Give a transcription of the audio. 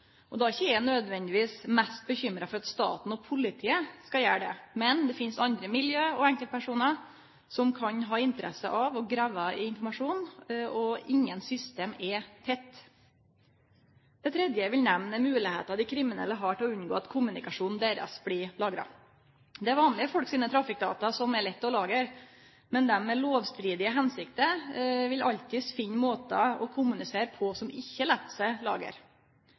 då er ikkje eg nødvendigvis mest bekymra for at staten og politiet skal gjere det. Men det finst andre miljø og enkeltpersonar som kan ha interesse av å grave i informasjon, og ingen system er tette. Det tredje eg vil nemne, er moglegheita dei kriminelle har til å unngå at kommunikasjonen deira blir lagra. Det er vanlege folks trafikkdata som er lette å lagre. Men dei med lovstridige hensikter vil alltid finne måtar å kommunisere på som ikkje lèt seg